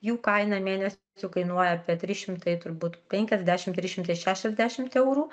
jų kaina mėnesių kainuoja apie trys šimtai turbūt penkiasdešimt trys šimtai šešiasdešimt eurų